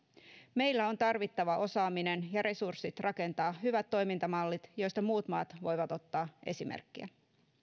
meillä on tarvittava osaaminen ja resurssit rakentaa hyvät toimintamallit joista muut maat voivat ottaa esimerkkiä